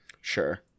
Sure